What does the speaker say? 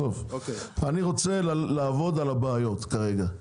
אני רוצה לעבוד על הבעיות כרגע,